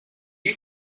you